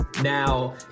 Now